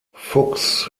fuchs